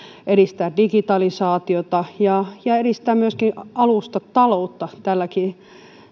edistää digitalisaatiota ja ja edistää myöskin alustataloutta tälläkin